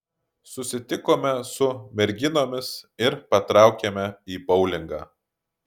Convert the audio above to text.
susitikome su merginomis ir patraukėme į boulingą